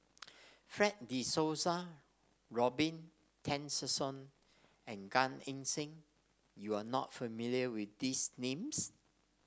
Fred De Souza Robin Tessensohn and Gan Eng Seng you are not familiar with these names